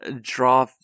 draw